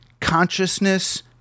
consciousness